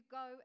go